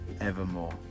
evermore